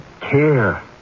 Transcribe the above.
care